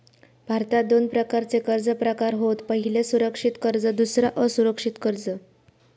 भारतात दोन प्रकारचे कर्ज प्रकार होत पह्यला सुरक्षित कर्ज दुसरा असुरक्षित कर्ज